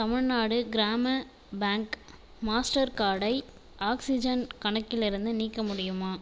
தமிழ்நாடு கிராம bank master கார்டை oxygen கணக்கிலிருந்து நீக்க முடியுமா